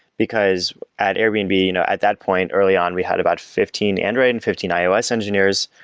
because at airbnb you know at that point early on, we had about fifteen android and fifteen ios engineers,